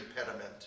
impediment